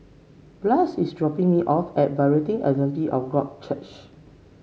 Blas is dropping me off at Berean Assembly of God Church